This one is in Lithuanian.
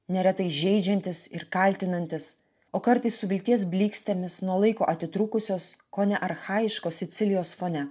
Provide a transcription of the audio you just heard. neretai žeidžiantys ir kaltinantys o kartais su vilties blykstėmis nuo laiko atitrūkusios kone archajiškos sicilijos fone